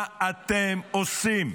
מה אתם עושים?